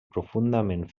profundament